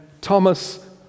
Thomas